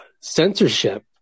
censorship